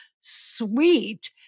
sweet